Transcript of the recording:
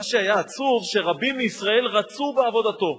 מה שהיה עצוב, שרבים מישראל רצו בעבודתו,